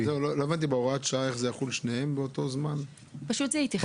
הבנתי איך שניהם יחולו באותו זמן בהוראת השעה.